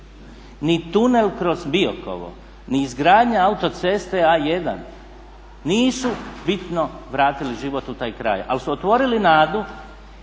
ni tunel kroz Biokovo, ni izgradnja autoceste A1 nisu bitno vratili život u taj kraj, ali su otvorili nadu